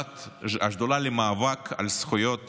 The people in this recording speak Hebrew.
השדולה למאבק על זכויות